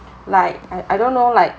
like I I don't know like